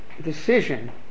decision